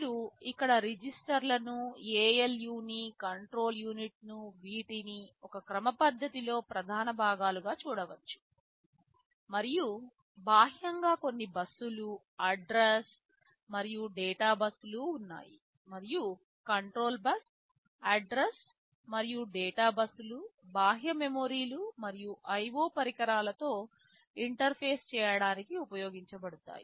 మీరు ఇక్కడ రిజిస్టర్లనుALU ని కంట్రోల్ యూనిట్ను వీటిని ఒక క్రమపద్ధతి లో ప్రధాన భాగాలుగా చూడవచ్చు మరియు బాహ్యంగా కొన్ని బస్సులు అడ్రస్ మరియు డేటా బస్సులు ఉన్నాయి మరియు కంట్రోల్ బస్ అడ్రస్ మరియు డేటా బస్సులు బాహ్య మెమరీ మరియు IO పరికరాలతో ఇంటర్ఫేస్ చేయడానికి ఉపయోగించబడతాయి